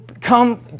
come